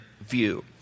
view